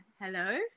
Hello